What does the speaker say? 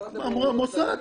המוסד